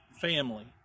family